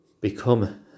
become